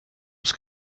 was